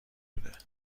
بوده